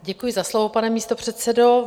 Děkuji za slovo, pane místopředsedo.